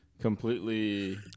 completely